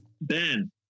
Ben